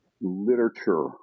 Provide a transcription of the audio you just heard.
literature